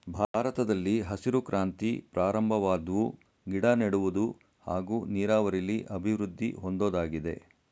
ಭಾರತದಲ್ಲಿ ಹಸಿರು ಕ್ರಾಂತಿ ಪ್ರಾರಂಭವಾದ್ವು ಗಿಡನೆಡುವುದು ಹಾಗೂ ನೀರಾವರಿಲಿ ಅಭಿವೃದ್ದಿ ಹೊಂದೋದಾಗಿದೆ